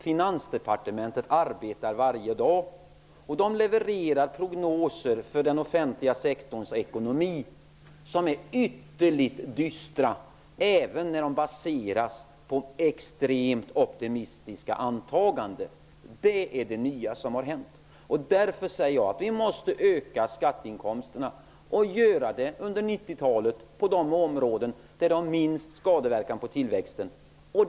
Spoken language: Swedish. Finansdepartementet arbetar varje dag och levererar prognoser för den offentliga sektorns ekonomi som är ytterligt dystra, även då de baseras på extremt optimistiska antaganden. Det är det nya som har hänt. Därför säger jag: Vi måste öka skatteinkomsterna, och det måste nu under 90-talet ske på de områden där skadeverkningarna på tillväxten är minst.